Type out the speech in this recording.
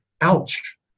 Ouch